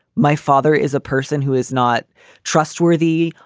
my father is a person who is not trustworthy,